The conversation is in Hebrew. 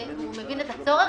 הוא מבין את הצורך,